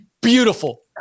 beautiful